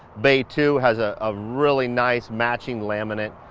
bay two has a ah really nice matching laminate